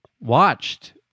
watched